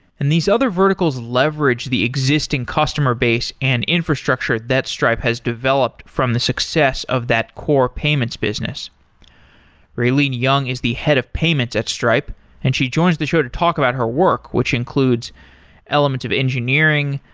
and these other verticals leverage the existing customer base and infrastructure that stripe has developed from the success of that core payments business raylene yung is the head of payments at stripe and she joins the show to talk about her work, which includes elements of engineering,